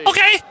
Okay